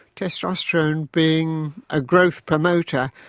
testosterone being a growth promoter,